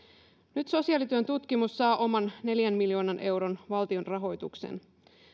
nyt sosiaalityön tutkimus saa oman neljän miljoonan euron valtionrahoituksen